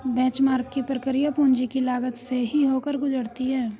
benchmark की प्रक्रिया पूंजी की लागत से ही होकर गुजरती है